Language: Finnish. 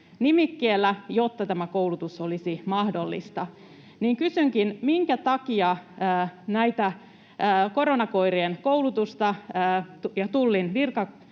‑nimikkeellä, jotta tämä koulutus olisi mahdollista. Kysynkin: minkä takia näitä koronakoirien koulutusta ja Tullin